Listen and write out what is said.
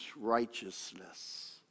righteousness